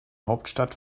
hauptstadt